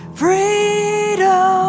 freedom